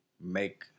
make